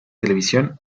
televisión